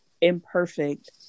imperfect